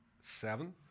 seven